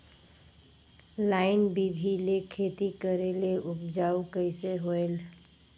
Line बिधी ले खेती करेले उपजाऊ कइसे होयल?